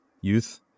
youth